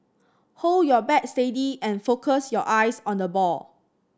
hold your bat steady and focus your eyes on the ball